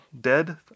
Dead